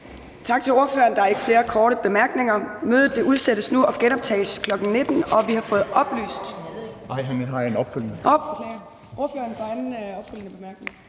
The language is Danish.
Tak til ordføreren. Der er ikke flere korte bemærkninger. Mødet udsættes nu og genoptages kl. 19.00 ...